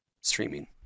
streaming